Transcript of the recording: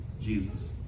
Jesus